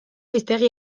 hiztegi